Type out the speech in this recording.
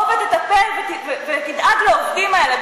בוא תטפל ותדאג לעובדים האלה,